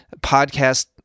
Podcast